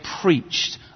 preached